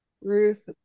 Ruth